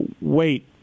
wait